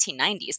1990s